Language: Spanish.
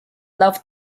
love